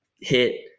hit